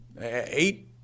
Eight